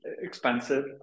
expensive